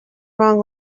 wrong